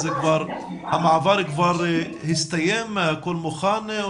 המעבר כבר הסתיים והכול מוכן?